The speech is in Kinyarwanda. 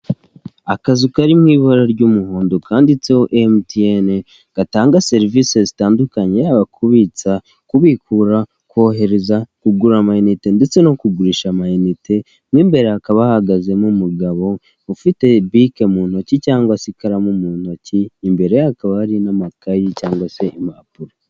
Akazu kari mu ibara ry'umuhondo kanditseho MTN, gatanga serivisi zitandukanye yaba kubitsa, kubikura, kohereza, kugura amayinite ndetse no kugurisha amayinite, mo imbere hakaba hahagazemo umugabo ufite bike mu ntoki cyangwa se ikaramu mu ntoki, imbere ye hakaba hari n'amakayi cyangwa se impapuro.